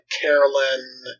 Carolyn